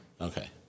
Okay